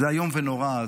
זה איום ונורא,